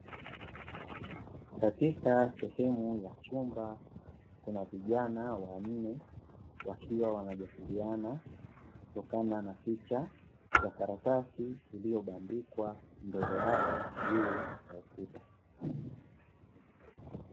Katika sehemu ya chumba Kuna vijana wanne wakiwa wanajadiliana kutokana na picha ya karatasi iliyobandikwa mbele yao juu ya ukuta.